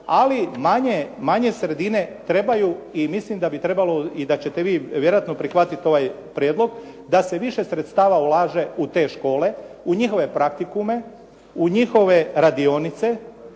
ali manje sredine trebaju i mislim da bi trebalo i da ćete vi vjerojatno prihvatiti ovaj prijedlog da se više sredstava ulaže u te škole, u njihove praktikume, u njihove radionice,